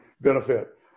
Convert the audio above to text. benefit